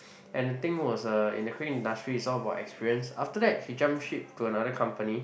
and the thing was uh in the crane industry it's all about experience after that he jump ship to another company